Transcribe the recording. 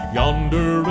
yonder